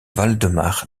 waldemar